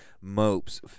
Mopes